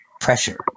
pressure